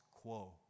quo